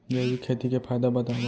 जैविक खेती के फायदा बतावा?